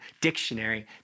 Dictionary